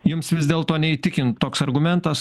jums vis dėlto neįtikina toks argumentas